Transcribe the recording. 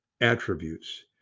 attributes